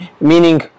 meaning